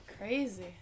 Crazy